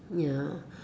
ya